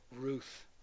Ruth